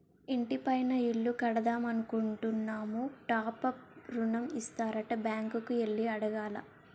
ఇంటి పైన ఇల్లు కడదామనుకుంటున్నాము టాప్ అప్ ఋణం ఇత్తారట బ్యాంకు కి ఎల్లి అడగాల